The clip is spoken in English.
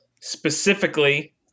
specifically